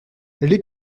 les